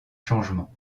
changements